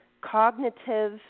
cognitive